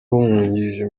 umwungirije